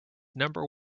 number